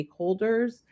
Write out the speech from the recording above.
stakeholders